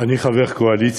אני חבר קואליציה,